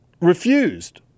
refused